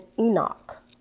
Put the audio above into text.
Enoch